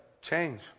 Change